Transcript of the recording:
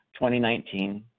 2019